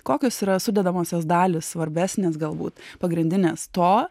kokios yra sudedamosios dalys svarbesnės galbūt pagrindinės to